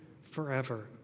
forever